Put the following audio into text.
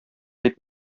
дип